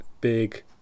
big